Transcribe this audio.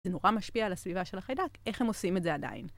זה נורא משפיע על הסביבה של החיידק, איך הם עושים את זה עדיין.